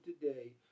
today